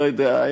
לא יודע,